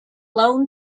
loan